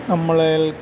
നമ്മളാൽ